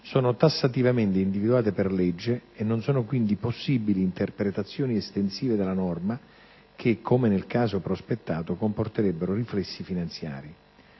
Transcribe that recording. sono tassativamente individuate per legge e non sono quindi possibili interpretazioni estensive della norma che, come nel caso prospettato, comporterebbero riflessi finanziari.